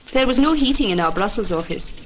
there was no heating in our brussels office,